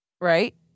Right